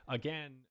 again